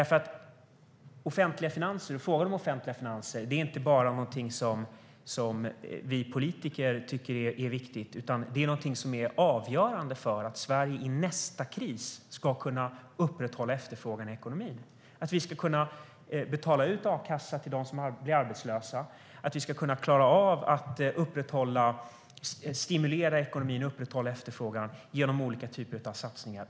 Frågan om offentliga finanser är inte bara någonting som vi politiker tycker är viktigt, utan det är avgörande för att Sverige i nästa kris ska kunna upprätthålla efterfrågan i ekonomin, att vi ska kunna betala ut a-kassa till dem som blir arbetslösa, att vi ska klara av att stimulera ekonomin och upprätthålla efterfrågan genom olika typer av satsningar.